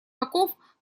таков